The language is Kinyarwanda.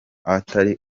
ahatari